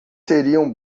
seriam